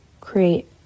create